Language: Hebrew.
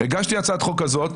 הגשתי הצעת חוק כזאת.